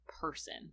person